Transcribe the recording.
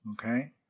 Okay